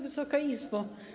Wysoka Izbo!